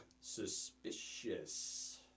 Suspicious